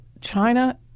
China